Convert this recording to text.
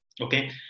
okay